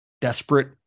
desperate